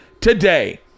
today